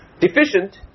deficient